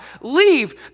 leave